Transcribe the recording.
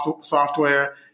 software